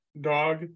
dog